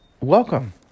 welcome